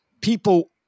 people